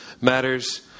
matters